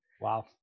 Wow